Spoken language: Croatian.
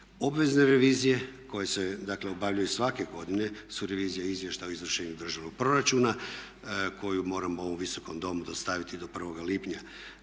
Obveze revizije koje se dakle obavljaju svake godine su revizije izvještaja o izvršenju državnog proračuna koji moramo ovom Visokom domu dostaviti do 1. lipnja.